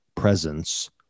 presence